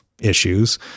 issues